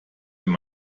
wenn